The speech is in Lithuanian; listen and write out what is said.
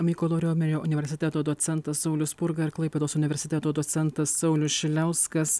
mykolo riomerio universiteto docentas saulius spurga ir klaipėdos universiteto docentas saulius šiliauskas